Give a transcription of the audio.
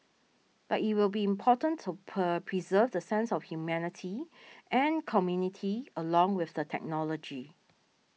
but it will be important to per preserve the sense of humanity and community along with the technology